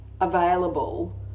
available